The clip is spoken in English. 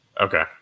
Okay